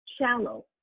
shallow